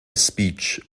speech